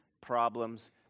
problems